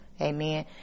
amen